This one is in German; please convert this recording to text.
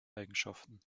eigenschaften